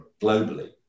globally